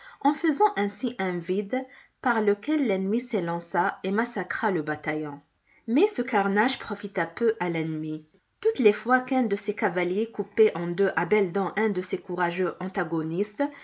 en faisant ainsi un vide par lequel l'ennemi s'élança et massacra le bataillon mais ce carnage profita peu à l'ennemi toutes les fois qu'un de ses cavaliers coupait en deux à belles dents un de ces courageux antagonistes